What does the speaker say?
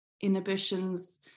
inhibitions